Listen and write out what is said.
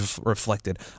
reflected